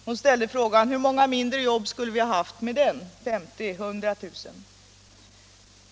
Hon ställde frågan hur många färre jobb vi skulle ha haft med den — 50 000 eller 100 000.